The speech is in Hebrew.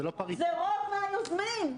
זה רוב היוזמים.